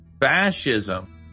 fascism